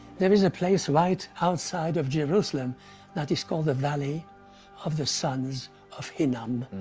there is a place right outside of jerusalem that is called the valley of the sons of hinnom.